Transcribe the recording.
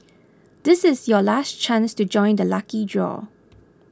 this is your last chance to join the lucky draw